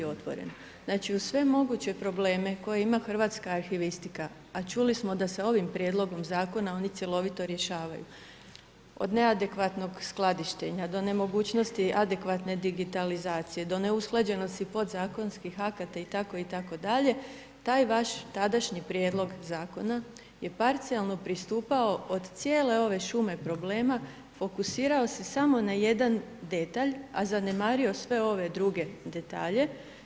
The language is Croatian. Znači uz sve moguće probleme koje ima hrvatska arhivistika, a čuli smo da se ovim prijedlogom zakona oni cjelovito rješavaju od neadekvatnog skladištenja, do nemogućnosti adekvatne digitalizacije, do neusklađenosti podzakonskih akata itd., taj vaš tadašnji prijedlog zakona je parcijalno pristupao od cijele ove šume problema, fokusirao se samo na jedan detalj, a zanemario sve ove druge detalje.